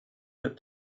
that